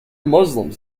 muslims